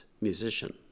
musician